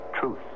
truth